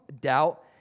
doubt